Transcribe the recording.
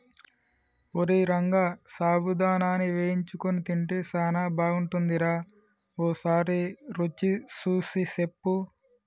ఓరై రంగ సాబుదానాని వేయించుకొని తింటే సానా బాగుంటుందిరా ఓసారి రుచి సూసి సెప్పు